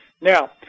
Now